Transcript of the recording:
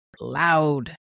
loud